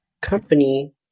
company